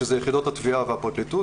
שאלה יחידות התביעה והפרקליטות.